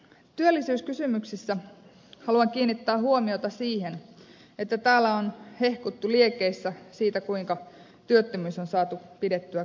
työllisyyskysymyksissä haluan kiinnittää huomiota siihen että täällä on hehkuttu liekeissä siitä kuinka työttömyys on saatu pidettyä kurissa